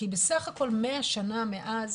כי בסך הכול 100 שנה מאז